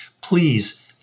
please